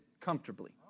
comfortably